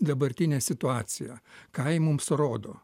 dabartinę situaciją ką ji mums rodo